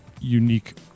unique